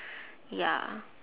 ya